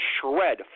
shred